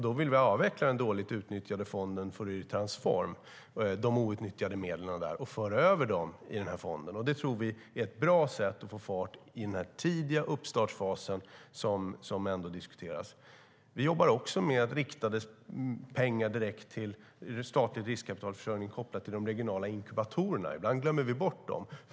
Vi vill avveckla de outnyttjade medlen i Fouriertransform och föra över dem till den här fonden. Det tror vi är ett bra sätt att få fart i den tidiga uppstartsfas som ändå diskuteras. Vi jobbar också med statlig riskkapitalförsörjning kopplat till de regionala inkubatorerna. Ibland glömmer vi bort dem.